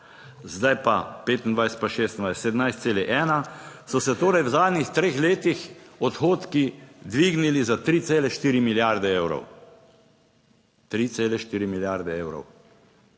zdaj pa 2025 pa 2026 17,1 so se torej v zadnjih treh letih odhodki dvignili za 3,4 milijarde evrov. Lahko rečemo,